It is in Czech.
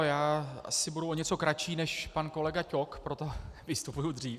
Já asi budu o něco kratší než pan kolega Ťok, proto vystupuji dřív.